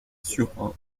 sur